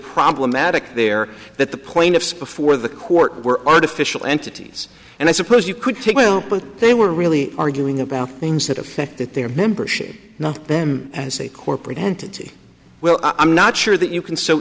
problematic there that the point of before the court were artificial entities and i suppose you could take they were really arguing about things that affect that their membership not them as a corporate entity well i'm not sure that you can so